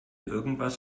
irgendwas